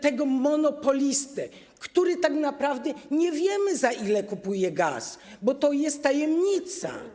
Tego monopolistę, który tak naprawdę nie wiemy, za ile kupuje gaz, bo to jest tajemnica.